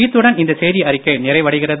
இத்துடன் இந்த செய்தி அறிக்கை நிறைவடைகிறது